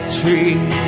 tree